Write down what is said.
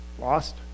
Lost